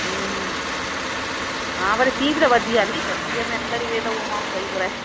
हूं हूं हा वरी सीअ बि त वधी वियो आहे न हीअंर सीअ में अंदरि ई वेह त उहो माण्हू सही थो रहे